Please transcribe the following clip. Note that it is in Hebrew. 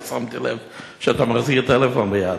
לא שמתי לב שאתה מחזיק טלפון ביד.